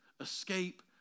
escape